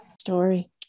story